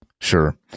Sure